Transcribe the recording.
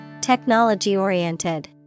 Technology-Oriented